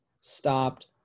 stopped